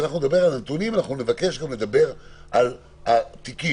על נתונים נבקש גם לדבר על התיקים.